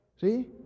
See